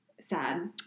sad